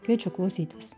kviečiu klausytis